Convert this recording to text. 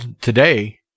today